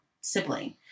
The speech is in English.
sibling